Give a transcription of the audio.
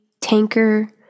tanker